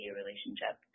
relationship